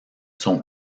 sont